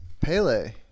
Pele